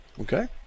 Okay